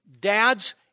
Dads